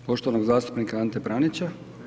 Poštovanog zastupnika Ante Pranića.